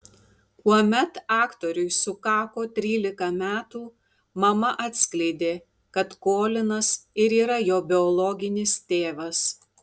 kuomet aktoriui sukako trylika metų mama atskleidė kad kolinas ir yra jo biologinis tėvas